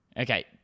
Okay